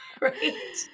Right